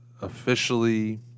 officially